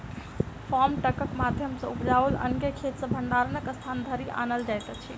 farm ट्रकक माध्यम सॅ उपजाओल अन्न के खेत सॅ भंडारणक स्थान धरि आनल जाइत अछि